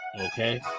Okay